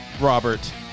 Robert